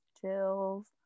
chills